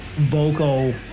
vocal